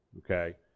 Okay